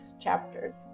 chapters